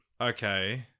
Okay